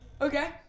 okay